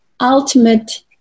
ultimate